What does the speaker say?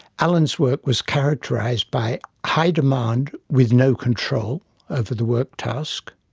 alan's work was characterised by high demand with no control over the work task,